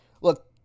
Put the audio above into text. Look